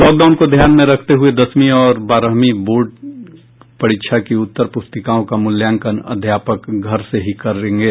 lockdown को ध्यान में रखते हुए दसवीं और बारहवीं बोर्ड परीक्षा की उत्तर प्रस्तिकाओं का मूल्यांकन अध्यापक घर से ही करेंगे